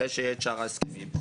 אחרי שיהיו שאר ההסכמים,